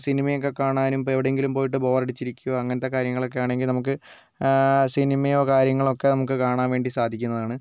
cinema ഒക്കെ കാണാനും ഇപ്പം എവിടെയെങ്കിലും പോയിട്ട് ബോർ അടിച്ചിരിക്കുവോ അങ്ങനത്തെ കാര്യങ്ങളൊക്കെയാണെങ്കിൽ നമുക്ക് സിനിമയോ കാര്യങ്ങളോ ഒക്കെ നമുക്ക് കാണാൻ വേണ്ടി സാധിക്കുന്നതാണ്